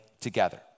together